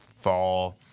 fall